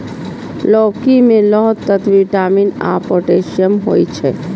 लौकी मे लौह तत्व, विटामिन आ पोटेशियम होइ छै